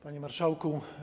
Panie Marszałku!